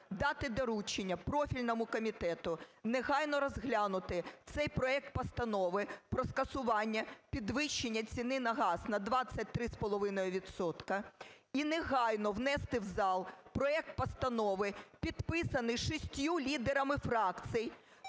дати доручення профільному комітету негайно розглянути цей проект Постанови про скасування підвищення ціни на газ на 23,5 відсотка і негайно внести в зал проект постанови, підписаний шістьма лідерами фракцій,